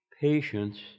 patience